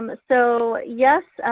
um so yes,